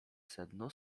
sedno